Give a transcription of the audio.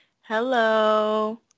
Hello